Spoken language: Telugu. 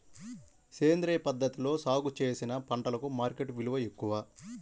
సేంద్రియ పద్ధతిలో సాగు చేసిన పంటలకు మార్కెట్ విలువ ఎక్కువ